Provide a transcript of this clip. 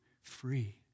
free